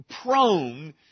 prone